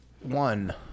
One